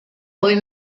poi